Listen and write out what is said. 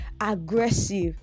aggressive